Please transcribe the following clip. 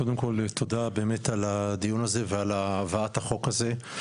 תודה על הדיון הזה ועל הבאת החוק הזה.